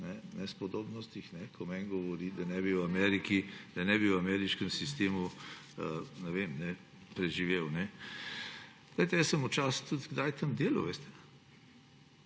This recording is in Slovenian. nespodobnostih, ko meni govori, da ne bi v ameriškem sistemu preživel. Jaz sem včasih tudi kdaj tam delal,